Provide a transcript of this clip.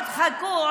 חכו,